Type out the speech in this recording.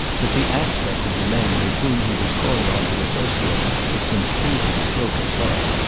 that the aspect of the men with whom he was called on to associate at st stephen's broke his heart,